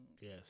Yes